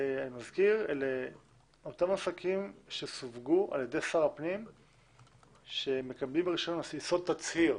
זה לאותם עסקים שסווגו על ידי שר הפנים שמקבלים רישיון על יסוד תצהיר.